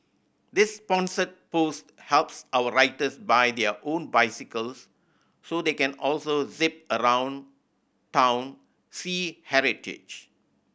this sponsored post helps our writers buy their own bicycles so they can also zip around town see heritage